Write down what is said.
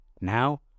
Now